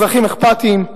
אזרחים אכפתיים,